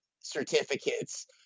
certificates